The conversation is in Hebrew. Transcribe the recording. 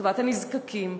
לטובת הנזקקים,